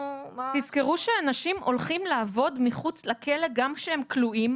-- תזכרו שאנשים הולכים לעבוד מחוץ לכלא גם כשהם כלואים.